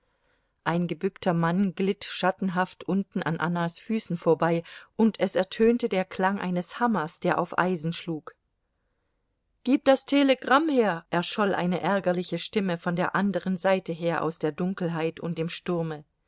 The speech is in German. ein gebückter mann glitt schattenhaft unten an annas füßen vorbei und es ertönte der klang eines hammers der auf eisen schlug gib das telegramm her erscholl eine ärgerliche stimme von der anderen seite her aus der dunkelheit und dem sturme